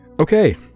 Okay